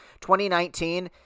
2019